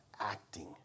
acting